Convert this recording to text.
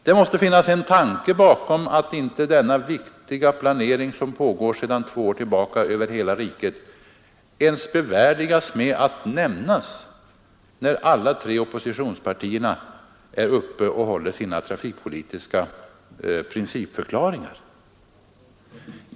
Det måste finnas en tanke bakom att denna viktiga planering, som pågår sedan två år över hela riket, inte ens bevärdigas med att nämnas när alla tre oppositionspartierna gör sina trafikpolitiska principförklaringar.